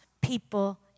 people